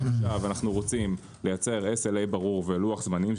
אם אנו רוצים לייצר SLA ברור ולוח זמנים,